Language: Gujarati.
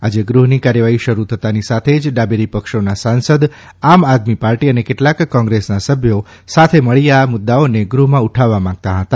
આજે ગૃહની કાર્યવાહી શરૂ થતાંની સાથે જ ડાબેરીપક્ષોના સાંસદ આમ આદમી પાર્ટી અને કેટલાંક કોંગ્રેસના સભ્યોએ સાથે મળી આ મુદ્દાઓને ગૃહમાં ઉઠાવવા માંગતા હતા